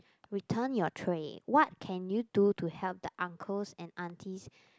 return your tray what can you do to help the uncles and aunties